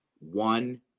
one